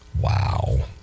Wow